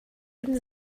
neben